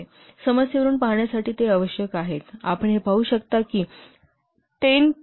समस्येवरुन पहाण्यासाठी हे आवश्यक आहे आपण हे पाहू शकता की 10 के